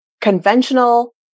conventional